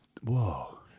Whoa